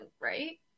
right